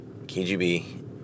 KGB